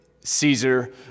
Caesar